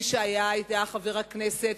מי שהיה חבר הכנסת,